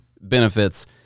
benefits